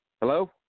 Hello